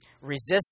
Resist